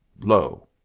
low